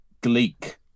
Gleek